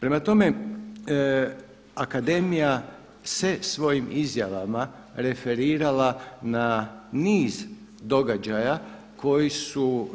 Prema tome, akademija se svojim izjavama referirala na niz događaja koji su